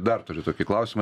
dar turiu tokį klausimą